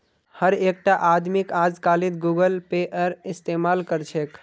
हर एकटा आदमीक अजकालित गूगल पेएर इस्तमाल कर छेक